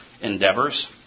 endeavors